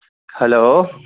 hello